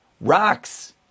rocks